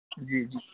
جی جی